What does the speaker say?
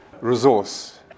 resource